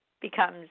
becomes